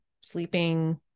sleeping